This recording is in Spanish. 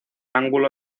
ángulo